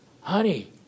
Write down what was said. honey